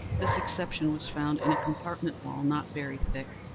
this exception was found in a compartment wall, not very thick,